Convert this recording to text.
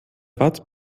watt